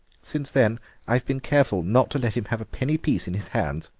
since then i've been careful not to let him have a penny piece in his hands.